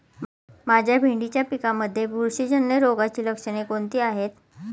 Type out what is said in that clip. माझ्या भेंडीच्या पिकामध्ये बुरशीजन्य रोगाची लक्षणे कोणती आहेत?